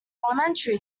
elementary